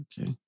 Okay